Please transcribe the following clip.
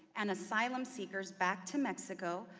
and asylum-seekers back to mexico,